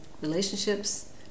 relationships